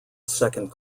second